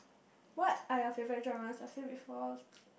what are you favourite dramas I said before